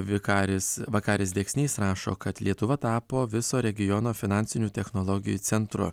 vikaris vakaris deksnys rašo kad lietuva tapo viso regiono finansinių technologijų centru